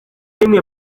rimwe